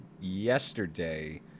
yesterday